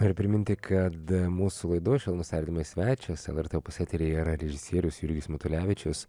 ar priminti kada mūsų laidos švelnūs tardymai svečias lrt opus eteryje režisierius jurgis matulevičius